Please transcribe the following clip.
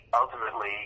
ultimately